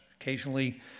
occasionally